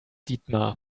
dietmar